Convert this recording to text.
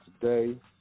today